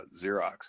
Xerox